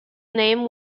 name